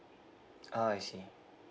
ah I see